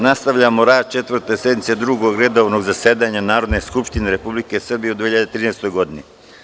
nastavljamo rad Četvrte sednice Drugog redovnog zasedanja Narodne skupštine Republike Srbije u 2013. godini.